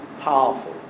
powerful